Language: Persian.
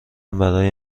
برای